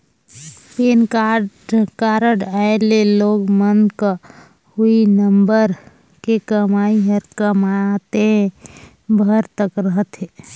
PAN card आए ले लोग मन क हुई नंबर के कमाई हर कमातेय भर तक रथे